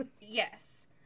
Yes